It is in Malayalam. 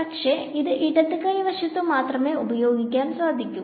പക്ഷെ ഇത് ഇടത് കൈ വശത്തു മാത്രമേ ഉപയോഗിക്കാൻ സാധിക്കു